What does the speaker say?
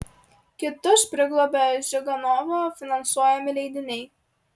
kitus priglobė ziuganovo finansuojami leidiniai